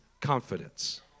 confidence